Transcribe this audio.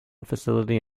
facility